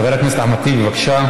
חבר הכנסת אחמד טיבי, בבקשה.